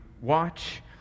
watch